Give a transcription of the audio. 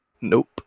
Nope